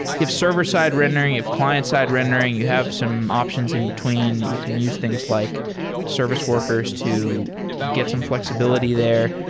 if server-side rendering, if client side rendering, you have some options in between. you can use things like service workers to get some fl exibility there.